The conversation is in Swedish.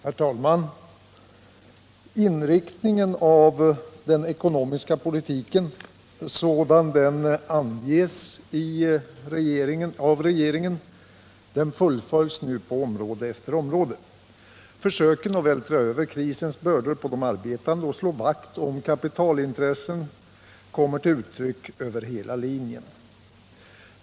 Herr talman! Inriktningen av den ekonomiska politiken, sådan den anges av regeringen, fullföljs nu på område efter område. Försöken att vältra över krisens bördor på de arbetande och slå vakt om kapitalintressen kommer till uttryck över hela linjen.